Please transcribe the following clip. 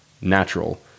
natural